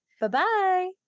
Bye-bye